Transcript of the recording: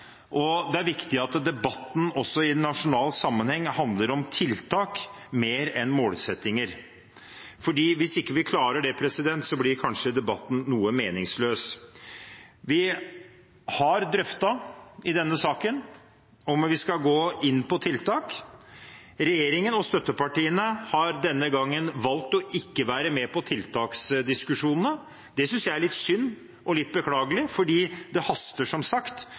og det er viktig at debatten også i nasjonal sammenheng handler om tiltak mer enn målsettinger, for hvis vi ikke klarer det, blir kanskje debatten noe meningsløs. Vi har i denne saken drøftet om vi skal gå inn på tiltak. Regjeringen og støttepartiene har denne gangen valgt ikke å være med på tiltaksdiskusjonene. Det syns jeg er litt synd og litt beklagelig, fordi det haster, som sagt,